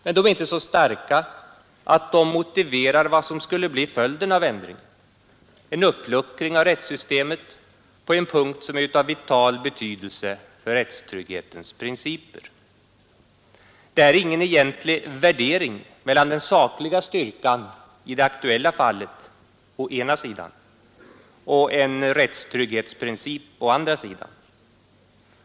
Men de är inte så starka att de motiverar vad som skulle bli följden av en ändring, nämligen en uppluckring av rättssystemet på en punkt som är av vital betydelse för rättstrygghetsprincipen. Det här är ingen egentlig värdering mellan den sakliga styrkan i det aktuella fallet, å ena sidan, och en rättstrygghetsprincip, å den andra sidan.